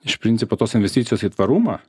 iš principo tos investicijos į tvarumą